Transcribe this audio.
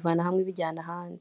bifasha abahakorera kwisanzura.